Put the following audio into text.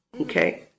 Okay